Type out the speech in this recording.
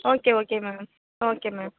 okay okay ma'am okay ma'am